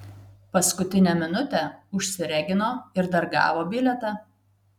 paskutinę minutę užsiregino ir dar gavo bilietą